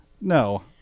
no